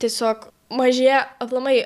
tiesiog mažėja aplamai